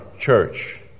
church